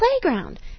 playground